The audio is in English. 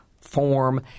form